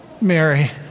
Mary